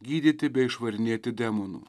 gydyti bei išvarinėti demonų